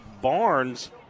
Barnes